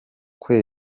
kwa